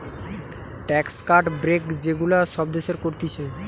tax cut, break যে গুলা সব দেশের করতিছে